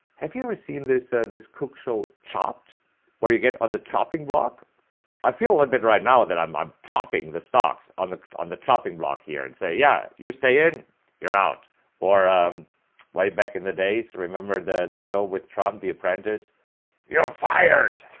have you ever seen this? this kook show chopped where you get on the chopping block i feel a little bit right now that i'm i'm chopping the stalks on the on the chopping block here and say yeah, you stay in you're out or way back in the day. so remember the the show with trump the apprentice you're fired